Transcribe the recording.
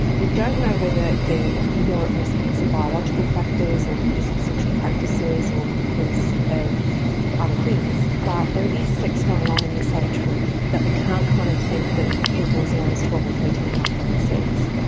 we don't know whether they are more at risk because of biological factors or because of sexual practices or because of other things, but there is sex going on in this age group, that we can't kind of think that people as young as twelve or fifteen aren't having sex.